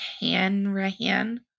Hanrahan